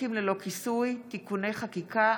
ושיקים ללא כיסוי (תיקוני חקיקה),